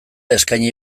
eskaini